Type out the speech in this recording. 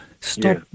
stop